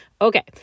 Okay